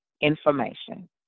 information